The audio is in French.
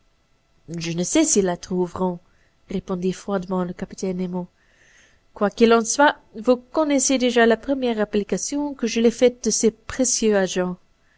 je ne sais s'ils la trouveront répondit froidement le capitaine nemo quoi qu'il en soit vous connaissez déjà la première application que j'ai faite de ce précieux agent